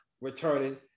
returning